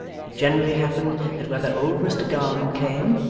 it generally happened that whether old mr garland came,